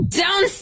down